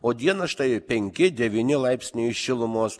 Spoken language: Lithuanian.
o dieną štai penki devyni laipsniai šilumos